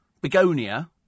begonia